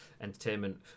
entertainment